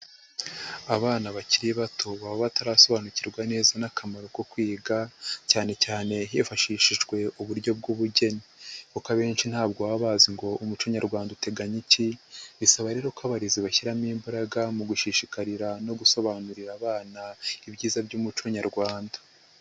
Abana bakiri bato baba batarasobanukirwa neza n'akamaro ko kwiga cyanecyane hifashishijwe uburyo bw'ubugeni, kuko abenshi ntabwo baba bazi ngo umuco nyarwanda uteganya iki, bisaba rero ko abarezi bashyiramo imbaraga mu gushishikarira no gusobanurira abana ibyiza by'umuco nyarwanda.